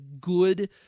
good